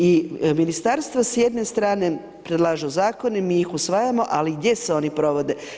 I Ministarstva s jedne strane predlažu zakone, mi njih usvajamo, ali gdje se oni provode?